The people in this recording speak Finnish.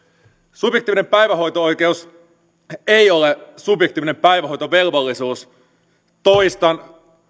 subjektiivinen päivähoito oikeus ei ole subjektiivinen päivähoitovelvollisuus toistan